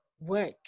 work